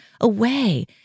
away